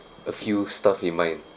a few stuffy mind